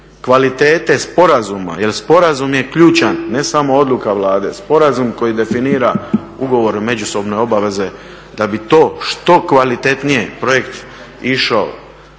kvalitete sporazuma jer sporazum je ključan, ne samo odluka Vlade, sporazum koji definira ugovor o međusobnoj obavezi da bi to što kvalitetnije projekt išao.